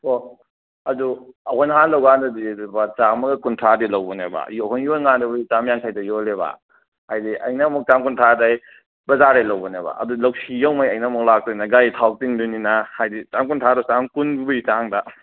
ꯑꯣ ꯑꯗꯨ ꯑꯩꯈꯣꯏ ꯅꯍꯥꯟ ꯂꯧ ꯀꯥꯟꯗꯗꯤ ꯂꯨꯄꯥ ꯆꯥꯝꯃꯒ ꯀꯨꯟꯊ꯭ꯔꯥꯗꯤ ꯂꯧꯕꯅꯦꯕ ꯑꯩꯈꯣꯏꯅ ꯌꯣꯟ ꯀꯥꯟꯗꯕꯨꯗꯤ ꯆꯥꯝ ꯌꯥꯡꯈꯩꯗ ꯌꯣꯜꯂꯦꯕ ꯍꯥꯏꯗꯤ ꯑꯩꯅ ꯑꯃꯨꯛ ꯆꯥꯝ ꯀꯨꯟꯊ꯭ꯔꯥꯗꯩ ꯕꯖꯥꯔꯗꯩ ꯂꯧꯕꯅꯦꯕ ꯑꯗꯨ ꯂꯧꯁꯤ ꯌꯧꯉꯩ ꯑꯩꯅ ꯑꯃꯨꯛ ꯂꯥꯛꯇꯣꯏꯅꯤꯅ ꯒꯥꯔꯤ ꯊꯥꯎ ꯇꯤꯡꯗꯣꯏꯅꯤꯅ ꯍꯥꯏꯗꯤ ꯆꯥꯝ ꯀꯨꯟꯊ꯭ꯔꯥꯗꯣ ꯆꯥꯝ ꯀꯨꯟꯒꯨꯝꯕꯩ ꯆꯥꯡꯗ